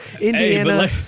indiana